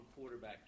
quarterback